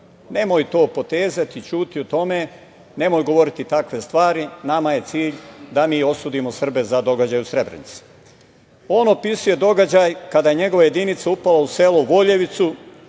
„Nemoj to potezati, ćuti o tome, nemoj govoriti takve stvari, nama je cilj da mi osudimo Srbe za događaje u Srebrenici“.On opisuje događaj kada je njegova jedinica upala u selo Voljevicu